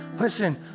Listen